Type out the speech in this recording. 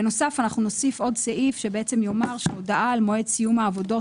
בנוסף אנחנו נוסיף עוד סעיף שיאמר שהודעה על מועד סיום העבודות,